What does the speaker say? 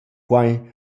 quai